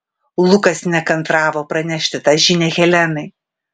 lukas nekantravo pranešti tą žinią helenai